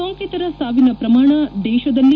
ಸೋಂಕಿತರ ಸಾವಿನ ಪ್ರಮಾಣ ದೇಶದಲ್ಲಿ